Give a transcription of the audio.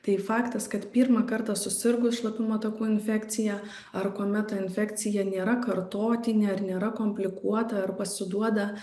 tai faktas kad pirmą kartą susirgus šlapimo takų infekcija ar kuomet infekcija nėra kartotinė ar nėra komplikuota ar pasiduoda